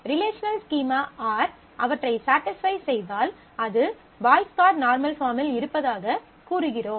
relational schema R அவற்றை satisfy செய்தால் அது பாய்ஸ் கோட் நார்மல் பார்மில் இருப்பதாகக் கூறுகிறோம்